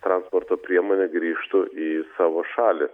transporto priemonė grįžtų į savo šalį